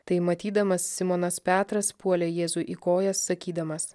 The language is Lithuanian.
tai matydamas simonas petras puolė jėzui į kojas sakydamas